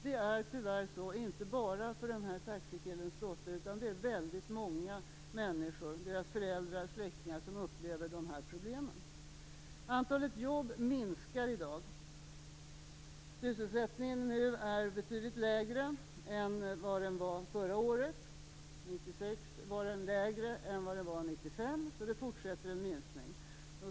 Det är tyvärr så, inte bara för den här taxikillens dotter utan också för väldigt många ungdomars föräldrar och släktingar som upplever de här problemen. Antalet jobb minskar i dag. Sysselsättningen nu är betydligt lägre än förra året, och 1996 var den lägre än 1995. Minskningen fortsätter alltså.